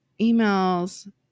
emails